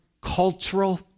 cultural